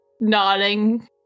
nodding